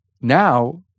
Now